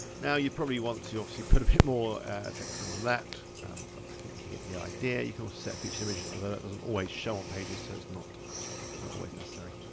now, you probably want to, obviously, put a bit more text and than that but i think you get the idea. you can also set featured image though that doesn't always show on pages so it's not not always necessary.